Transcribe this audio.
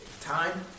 time